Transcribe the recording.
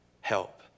help